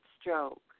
stroke